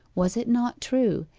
was it not true,